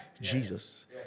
Jesus